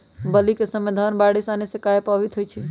बली क समय धन बारिस आने से कहे पभवित होई छई?